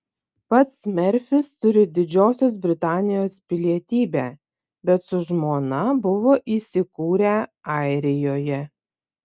pats merfis turi didžiosios britanijos pilietybę bet su žmona buvo įsikūrę airijoje